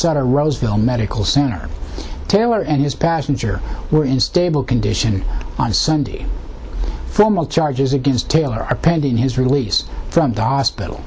set a roseville medical center tailor and his passenger were in stable condition on sunday from all charges against taylor are pending his release from the hospital